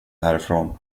härifrån